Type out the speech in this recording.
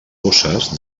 bosses